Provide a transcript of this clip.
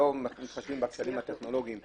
שלא מתחשבים בתקנים הטכנולוגיים.